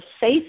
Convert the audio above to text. safe